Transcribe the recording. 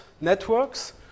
networks